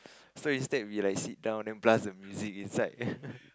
so instead we like sit down then blast the music inside